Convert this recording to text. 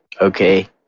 okay